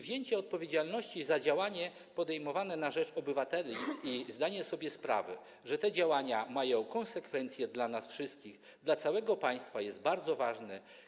Wzięcie odpowiedzialności za działania podejmowane na rzecz obywateli i zdanie sobie sprawy, że te działania mają konsekwencje dla nas wszystkich, dla całego państwa, jest bardzo ważne.